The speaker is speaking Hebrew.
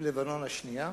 לבנון השנייה,